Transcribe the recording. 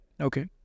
Okay